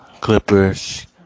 Clippers